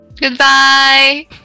goodbye